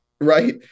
Right